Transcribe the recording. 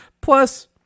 Plus